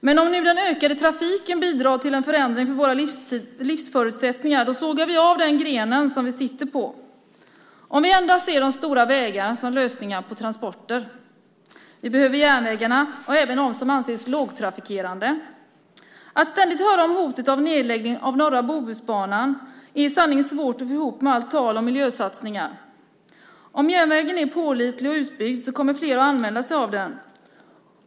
Men om nu den ökande trafiken bidrar till en förändring av våra livsförutsättningar sågar vi av den gren vi sitter på om vi enbart ser stora vägar som lösningen när det gäller transporter. Vi behöver järnvägarna, även de som anses lågtrafikerade. Att ständigt höra om hotet om nedläggning av norra Bohusbanan är i sanning svårt att få ihop med allt tal om miljösatsningar. Om järnvägen är pålitlig och utbyggd kommer flera att använda sig av den.